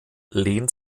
lehnt